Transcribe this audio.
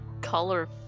color